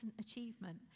achievement